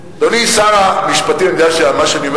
אדוני שר המשפטים יודע שמה שאני אומר